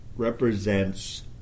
represents